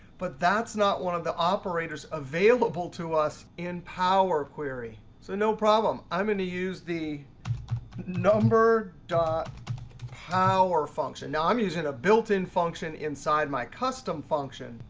but that's not one of the operators available to us in power query. so no problem. i'm going to use the number dot power function. now i'm using a built-in function inside my custom function,